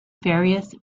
various